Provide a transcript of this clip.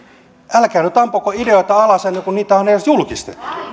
älkää nyt ampuko ideoita alas ennen kuin niitä on edes julkistettu